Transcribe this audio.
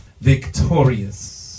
victorious